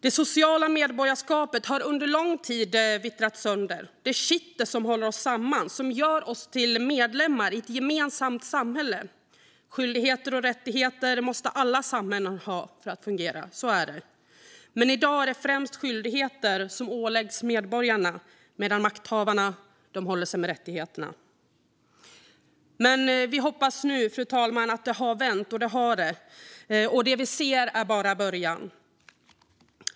Det sociala medborgarskapet har under lång tid vittrat sönder. Det är kittet som håller oss samman, som gör oss till medlemmar i ett gemensamt samhälle. Skyldigheter och rättigheter måste alla samhällen ha för att fungera, så är det. I dag är det främst skyldigheter som åläggs medborgarna medan makthavarna håller sig med rättigheterna. Fru talman! Vi hoppas nu att det har vänt, och det har det. Det vi ser är bara början.